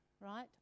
right